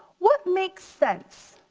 what makes sense?